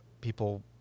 people